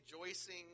rejoicing